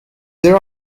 there